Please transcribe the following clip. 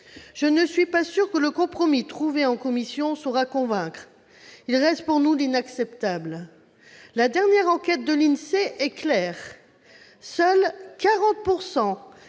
Je ne suis pas sûre que le compromis trouvé en commission saura convaincre. Il reste pour nous inacceptable. La dernière enquête de l'INSEE est claire. Seuls 40